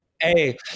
Hey